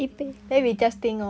叮叮叮叮